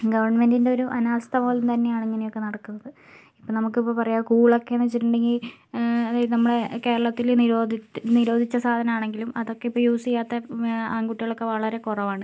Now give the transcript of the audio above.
ഗവൺമെന്റിൻ്റെ ഒരു അനാസ്ഥ മൂലം തന്നെയാണ് ഇങ്ങനെയൊക്കെ നടക്കുന്നത് ഇപ്പം നമുക്കിപ്പം പറയാം കൂളൊക്കെന്ന് വെച്ചിട്ടുണ്ടെങ്കിൽ അതായത് നമ്മള കേരളത്തില് നിരോധി നിരോധിച്ച സാധനാണെങ്കിലും അതൊക്കെ ഇപ്പോൾ യൂസ് ചെയ്യാത്ത ആൺകുട്ടികളൊക്കെ വളരെ കുറവാണ്